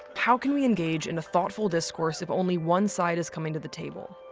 how can we engage in a thoughtful discourse if only one side is coming to the table?